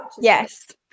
yes